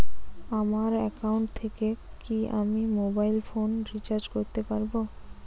আমার একাউন্ট থেকে কি আমি মোবাইল ফোন রিসার্চ করতে পারবো?